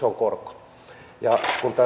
on korko kun